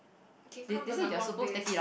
can count the number of days